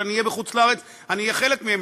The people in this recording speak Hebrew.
וכשאני אהיה בחוץ-לארץ אני אהיה חלק ממנה.